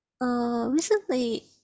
Recently